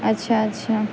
اچھا اچھا